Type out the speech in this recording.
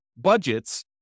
budgets